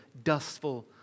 dustful